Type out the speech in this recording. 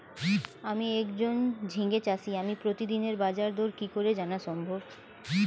আমি একজন ঝিঙে চাষী আমি প্রতিদিনের বাজারদর কি করে জানা সম্ভব?